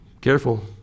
Careful